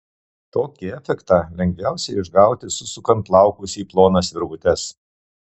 tokį efektą lengviausia išgauti susukant plaukus į plonas virvutes